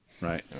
Right